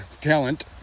talent